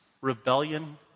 rebellion